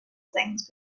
things